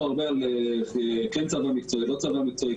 הרבה על צבא מקצועי או לא צבא מקצועי,